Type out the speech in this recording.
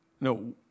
No